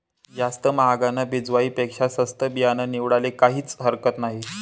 जास्ती म्हागानं बिजवाई पेक्शा सस्तं बियानं निवाडाले काहीज हरकत नही